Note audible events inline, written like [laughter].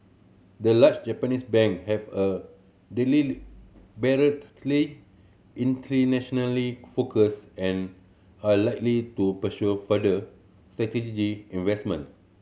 the large Japanese bank have a [unintelligible] internationally focus and are likely to pursue further strategy investment